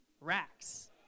racks